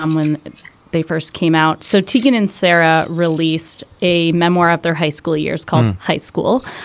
um when they first came out. so tegan and sara released a memoir of their high school years come high school,